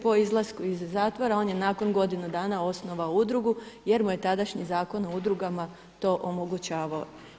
Po izlasku iz zatvora on je nakon godinu dana osnovao udrugu jer mu je tadašnji Zakon o udrugama to omogućavao.